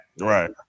Right